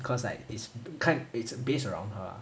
cause like it's kind of it's based around her ah